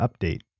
update